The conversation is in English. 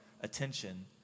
attention